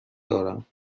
دارم